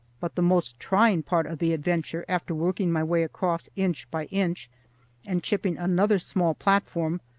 but the most trying part of the adventure, after working my way across inch by inch and chipping another small platform,